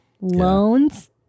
loans